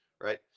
right